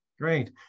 Great